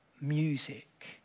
music